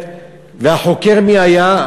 והחוקר מי היה?